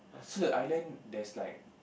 so the island there's like